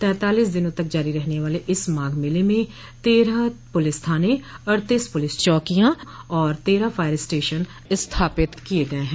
तैंतालीस दिनों तक जारी रहने वाले इस माघ मेले में तेरह पुलिस थाने अड़तीस पुलिस चौकियां और तेरह फायर स्टेशन स्थापित किये गये हैं